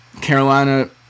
carolina